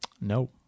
No